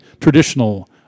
traditional